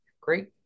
great